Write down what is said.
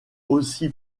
aussi